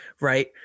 right